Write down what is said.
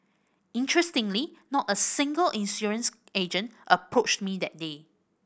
interestingly not a single insurance agent approached me that day